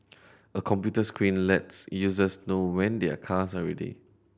a computer screen lets users know when their cars are ready